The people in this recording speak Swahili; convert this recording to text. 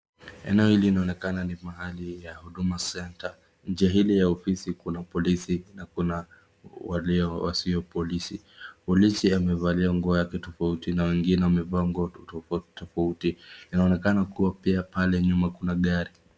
Eneo hili inaonekana ni mahali ya huduma center, nje ya hili ofisi kuna polisi na kuna walio wasio polisi. Polisi amevalia nguo yake tofauti na wengine wamevaa nguo tofauti tofauti. Inaonekana pia pale nyuma kuna gari.